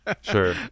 Sure